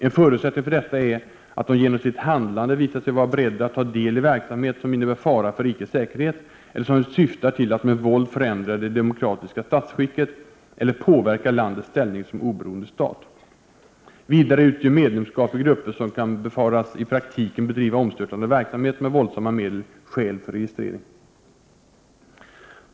En förutsättning för detta är att de genom sitt handlande visat sig vara beredda att ta deli verksamhet som innebär fara för rikets säkerhet eller som syftar till att med våld förändra det demokratiska statsskicket eller påverka landets ställning som oberoende stat. Vidare utgör medlemskap i grupper som kan befaras i praktiken bedriva omstörtande verksamhet med våldsamma medel skäl för registrering.